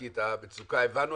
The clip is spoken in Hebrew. כי את המצוקה הבנו,